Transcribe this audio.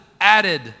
added